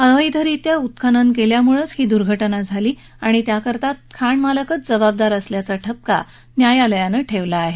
अवैधरित्या उत्खनन केल्यामुळेच ही दुर्घटना घडली आणि त्यासाठी खाणमालकच जबाबदार असल्याचा ठपका न्यायालयानं ठेवला आहे